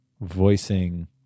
voicing